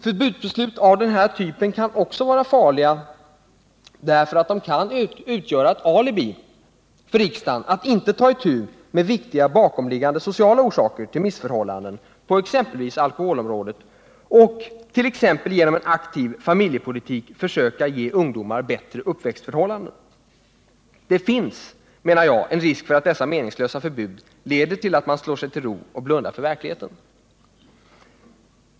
Förbudsbeslut av den här typen kan också vara direkt farliga därför att de utgör ett alibi för riksdagen att inte ta itu med viktiga bakomliggande sociala orsaker till missförhållanden på exempelvis alkoholområdet och t.ex. genom en aktiv familjepolitik försöka ge ungdomen bättre uppväxtförhållanden. Det finns en risk för att dessa meningslösa förbud leder till att man slår sig till ro och blundar för verkligheten.